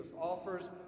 offers